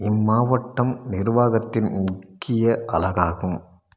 இம்மாவட்டம் நிர்வாகத்தின் முக்கிய அலகாகும்